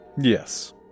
Yes